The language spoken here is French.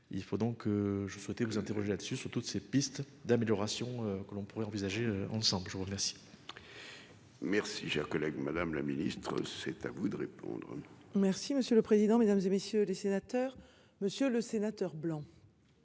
Il faut donc je souhaitais vous interroger là-dessus sur toutes ces pistes d'amélioration que l'on pourrait envisager ensemble. Je vous remercie. Merci cher collègue. Madame la Ministre c'est à vous de répondre. Merci monsieur le président, Mesdames, et messieurs les sénateurs, Monsieur le Sénateur blanc.